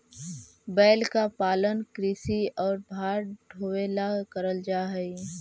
बैल का पालन कृषि और भार ढोवे ला करल जा ही